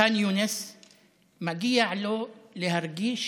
האמירויות, סודאן,